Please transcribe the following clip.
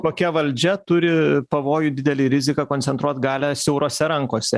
kokia valdžia turi pavojų didelei rizika koncentruot galią siaurose rankose